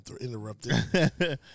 interrupted